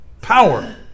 Power